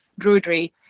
druidry